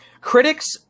critics